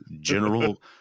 General